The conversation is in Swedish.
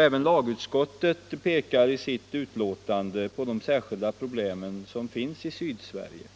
Även lagutskottet pekar i sitt betänkande på de särskilda problem som finns i Sydsverige.